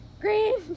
green